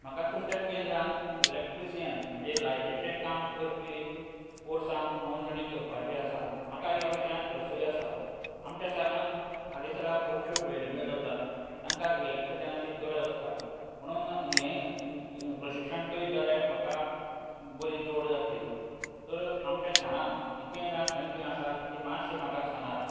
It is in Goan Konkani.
म्हाका तुमच्या केंद्रान इलेक्ट्रिशियन म्हणजे लायटीचें काम करपी कोर्सांत नोंदणी करपाची आसा म्हाका ह्या विशयांत रसूय आसा आमच्या शारांत हालीसराक खुबश्यो बिल्डींगो जातात तांकां इलेक्ट्रिसियनाची गरज आसता म्हणून हे प्रशिक्षण करीत जाल्यार म्हाका बरी जोड जातली तर आमच्या शारांत ही केंद्रां खंय खंय आसात ती मात्शीं म्हाका सांगात